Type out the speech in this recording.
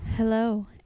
Hello